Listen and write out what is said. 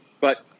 But-